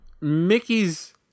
Mickey's